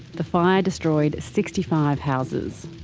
the fire destroyed sixty five houses.